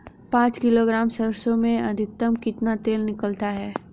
पाँच किलोग्राम सरसों में अधिकतम कितना तेल निकलता है?